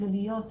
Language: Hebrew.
כלליות,